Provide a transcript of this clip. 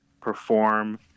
perform